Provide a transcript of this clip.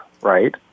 right